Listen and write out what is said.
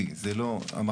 ואם